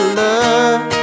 love